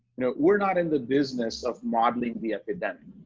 know, we're not in the business of modeling the epidemic,